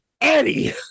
Eddie